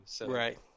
Right